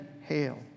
hail